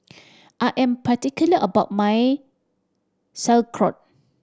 I am particular about my Sauerkraut